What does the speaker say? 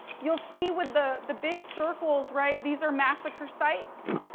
you'll see with the, the big circles, right, these are massacre sites,